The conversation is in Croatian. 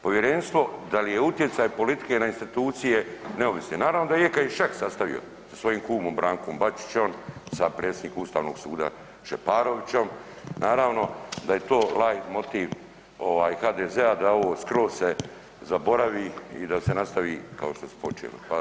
Povjerenstvo, da li je utjecaj politike na institucije neovisne, naravno da je kad je Šeks sastavio sa svojim kumom Brankom Bačićem, sa predsjednikom Ustavnog suda Šeparovićem, naravno da je lajtmotiv HDZ-a da ovo skroz se zaboravi i da se nastavi kao što su počeli.